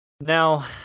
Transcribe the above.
Now